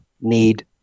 need